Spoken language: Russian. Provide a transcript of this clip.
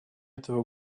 этого